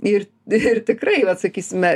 ir ir tikrai vat sakysime